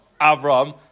Avram